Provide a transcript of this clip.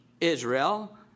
Israel